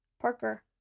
Parker